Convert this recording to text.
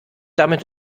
damit